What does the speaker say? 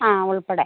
ആ ഉൾപ്പെടെ